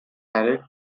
married